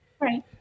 Right